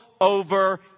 over